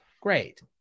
great